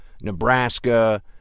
Nebraska